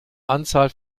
anzahl